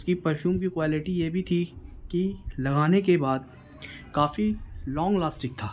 اس کی پرفیوم کی کوالٹی یہ بھی تھی کہ لگانے کے بعد کافی لانگ لاسٹگ تھا